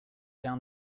down